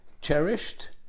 cherished